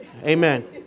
Amen